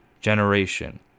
generation